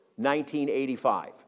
1985